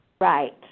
Right